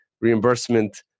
reimbursement